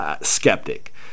skeptic